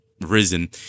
Risen